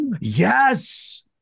Yes